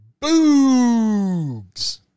Boogs